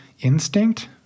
instinct